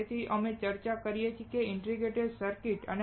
તેથી અમે ચર્ચા કરી કે શા માટે ઇન્ટિગ્રેટેડ સર્કિટ્સ